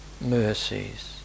mercies